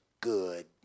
good